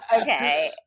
Okay